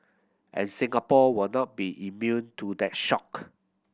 and Singapore will not be immune to that shock